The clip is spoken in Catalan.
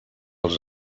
els